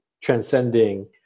transcending